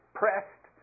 pressed